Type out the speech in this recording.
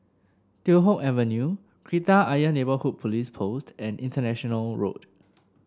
Teow Hock Avenue Kreta Ayer Neighbourhood Police Post and International Road